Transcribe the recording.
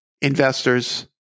investors